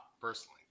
personally